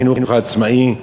לחינוך העצמאי,